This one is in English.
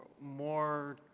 more